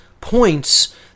points